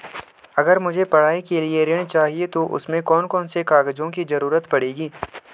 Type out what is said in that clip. अगर मुझे पढ़ाई के लिए ऋण चाहिए तो उसमें कौन कौन से कागजों की जरूरत पड़ेगी?